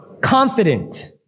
Confident